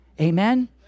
Amen